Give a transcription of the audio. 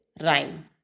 rhyme